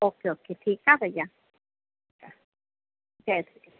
okay okay ठीकु आहे भैया चऊं जय झूलेलाल